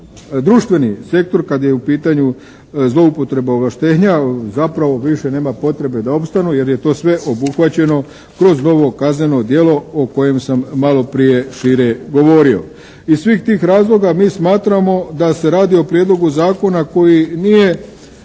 društveni sektor kad je u pitanju zloupotreba ovlaštenja zapravo više nema potrebe da opstanu jer je to sve obuhvaćeno kroz ovo kazneno djelo o kojem sam malo prije šire govorio. Iz svih tih razloga mi smatramo da se radi o prijedlogu zakona koji nije